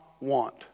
want